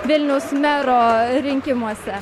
vilniaus mero rinkimuose